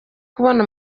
kubona